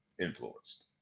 influenced